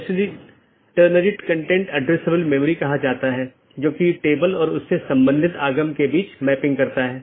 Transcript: त्रुटि स्थितियों की सूचना एक BGP डिवाइस त्रुटि का निरीक्षण कर सकती है जो एक सहकर्मी से कनेक्शन को प्रभावित करने वाली त्रुटि स्थिति का निरीक्षण करती है